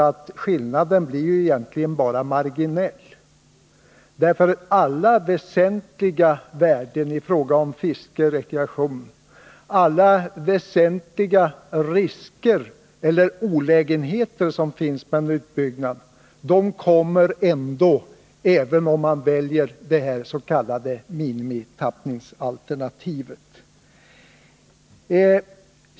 Men skillnaden är egentligen bara marginell, därför att alla de väsentliga olägenheter i fråga om fiske och rekreation som följer med en utbyggnad får man även om man väljer det s.k. minimitappningsalternativet.